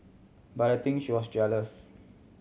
but I think she was jealous